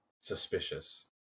suspicious